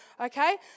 okay